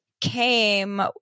came